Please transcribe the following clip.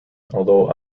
although